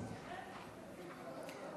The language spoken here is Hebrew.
אדוני.